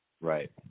Right